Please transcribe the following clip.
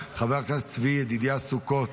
חבר הכנסת צבי ידידיה סוכות,